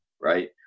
right